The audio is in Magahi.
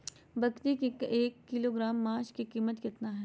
बकरी के एक किलोग्राम मांस का कीमत कितना है?